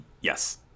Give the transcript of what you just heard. yes